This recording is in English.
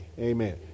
Amen